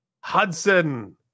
Hudson